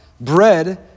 Bread